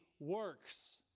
works